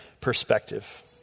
perspective